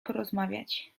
porozmawiać